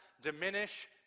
diminish